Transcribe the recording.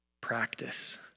practice